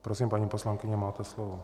Prosím, paní poslankyně, máte slovo.